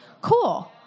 cool